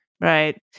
Right